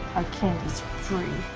our candy's free.